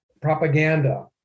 propaganda